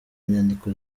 nyandiko